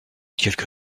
quelque